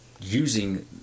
using